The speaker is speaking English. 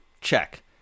check